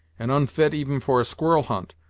and onfit even for a squirrel-hunt,